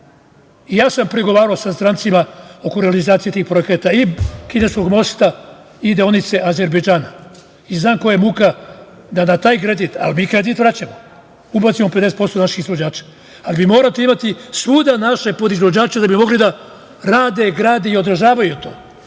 Ja sam pregovarao sa strancima oko realizacije tih projekata i kineskog mosta i deonice Azerbejdžana i znam kolika je muka da na taj kredit, ali mi kredit vraćamo, ubacimo 50% naših izvođača, ali vi morate imati svuda naše podizvođače da bi mogli da rade, grade i održavaju to